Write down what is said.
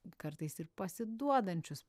kartais ir pasiduodančius